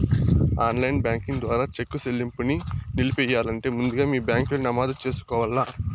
online banking ద్వారా cheque సెల్లింపుని నిలిపెయ్యాలంటే ముందుగా మీ బ్యాంకిలో నమోదు చేసుకోవల్ల